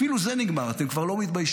אפילו זה נגמר, אתם כבר לא מתביישים,